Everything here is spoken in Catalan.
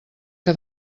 que